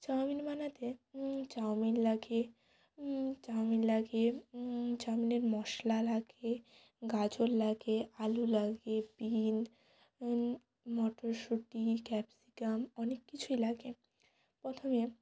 chowmein বানাতে chow mein লাগে chow mein লাগে চাউমিনের মশলা লাগে গাজর লাগে আলু লাগে বিন মটরশুঁটি ক্যাপসিকাম অনেক কিছুই লাগে প্রথমে